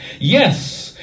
Yes